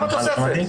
כמה התוספת?